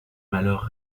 malheur